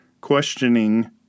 questioning